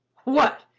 what!